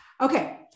Okay